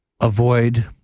avoid